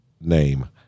name